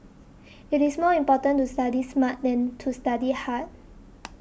it is more important to study smart than to study hard